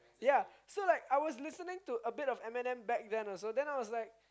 ya so like I was listening to a bit of Eminem back then also then I was like